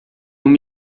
uma